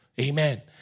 Amen